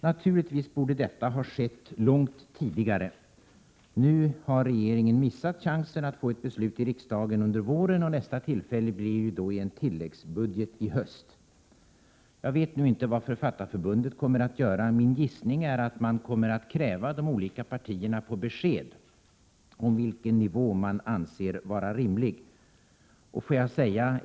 Naturligtvis borde detta ha skett långt tidigare. Nu har regeringen missat chansen att få ett beslut i riksdagen under våren. Nästa tillfälle blir i samband med en tilläggsbudget i höst. Jag vet inte vad Författarförbundet nu kommer att göra. Jag gissar att man kommer att kräva de olika partierna på besked om vilken nivå man anser vara rimlig.